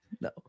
No